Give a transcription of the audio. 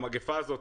המגפה הזאת,